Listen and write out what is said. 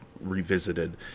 revisited